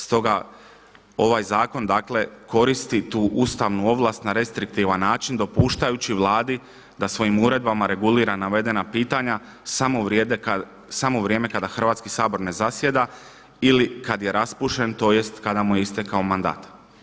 Stoga ovaj Zakon dakle koristi tu ustavnu ovlast na restriktivan način dopuštajući Vladi da svojim uredbama regulira navedena pitanja samo u vrijeme kada Hrvatski sabor ne zasjeda ili kad je raspušten tj. kada mu je istekao mandat.